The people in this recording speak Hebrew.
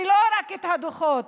ולא רק את הדוחות.